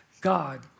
God